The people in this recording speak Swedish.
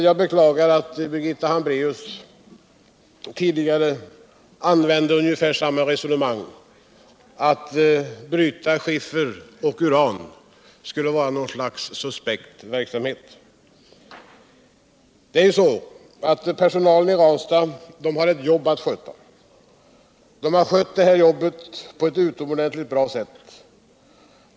Jag beklagar att Birgitta Hambracus tidigare förde ungefär samma resonemang — att bryta skiffer och uran skulle vara något slags suspekt verksamhet. Personalen i Ranstad har ett jobb att sköta. Den har skött detta jobb på ett utomordentligt bra sätt.